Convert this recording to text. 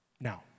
Now